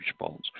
response